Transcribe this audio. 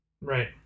Right